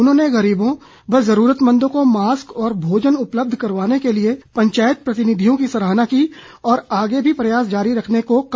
उन्होंने गरीबों व जरूरतमंदो को मास्क और भोजन उपलब्ध करवाने के लिए पंचायत प्रतिनिधियों की सराहना की और आगे भी प्रयास जारी रखने को कहा